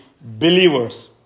believers